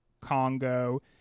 Congo